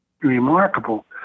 Remarkable